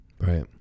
Right